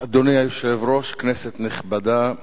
אדוני היושב-ראש, כנסת נכבדה,